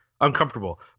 uncomfortable